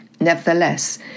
Nevertheless